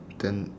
then